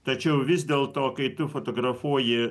tačiau vis dėlto kai tu fotografuoji